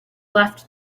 left